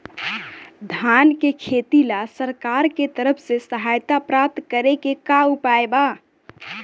धान के खेती ला सरकार के तरफ से सहायता प्राप्त करें के का उपाय बा?